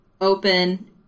open